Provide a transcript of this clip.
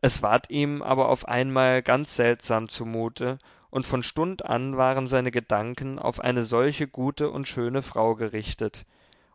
es ward ihm aber auf einmal ganz seltsam zumute und von stund an waren seine gedanken auf eine solche gute und schöne frau gerichtet